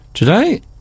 Today